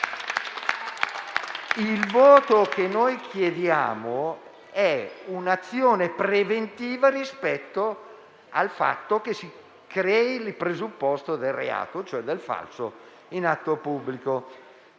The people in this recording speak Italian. Il voto che noi chiediamo è un'azione preventiva rispetto al fatto che si crei il presupposto del reato, cioè del falso in atto pubblico.